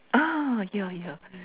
ah yeah yeah